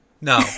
No